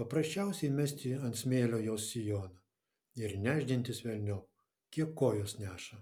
paprasčiausiai mesti ant smėlio jos sijoną ir nešdintis velniop kiek kojos neša